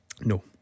No